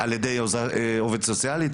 על ידי עובדת סוציאלית?